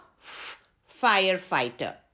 firefighter